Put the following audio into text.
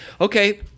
Okay